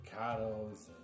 avocados